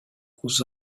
aux